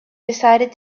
decided